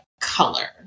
color